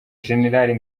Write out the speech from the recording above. gen